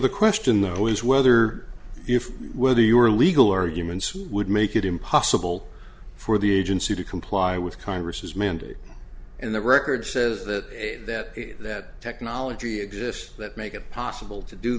the question though is whether if whether you were legal arguments would make it impossible for the agency to comply with congress's mandate and the record says that that technology exists that make it possible to do